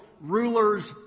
rulers